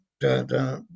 da-da